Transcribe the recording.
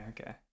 Okay